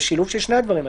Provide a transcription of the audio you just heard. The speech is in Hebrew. זה שילוב של שני הדברים.